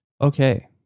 Okay